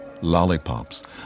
lollipops